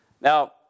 Now